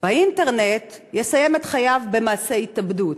באינטרנט יסיים את חייו במעשה התאבדות,